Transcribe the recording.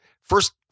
first